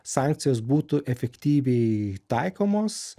sankcijos būtų efektyviai taikomos